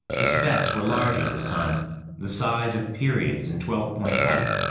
the specks were larger this time the size of periods in twelve-point type.